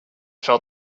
felt